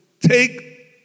take